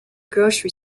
grocery